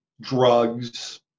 drugs